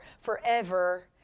forever